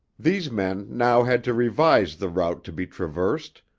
these men now had to revise the route to be traversed,